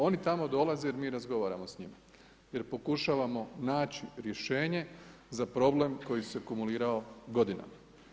Oni tamo dolaze jer mi razgovaramo s njima, jer pokušavamo naći rješenje za problem koji se akumulirao godinama.